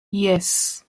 yes